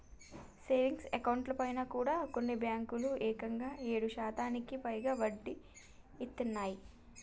savings అకౌంట్లపైన కూడా కొన్ని బ్యేంకులు ఏకంగా ఏడు శాతానికి పైగా వడ్డీనిత్తన్నయ్